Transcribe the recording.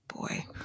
Boy